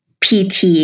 PT